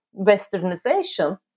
westernization